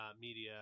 media